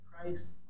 Christ